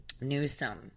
Newsom